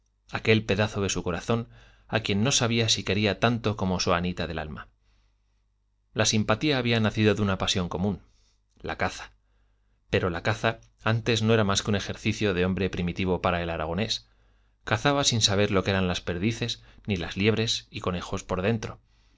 aquel pedazo de su corazón a quien no sabía si quería tanto como a su anita del alma la simpatía había nacido de una pasión común la caza pero la caza antes no era más que un ejercicio de hombre primitivo para el aragonés cazaba sin saber lo que eran las perdices ni las liebres y conejos por dentro